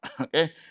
Okay